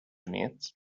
units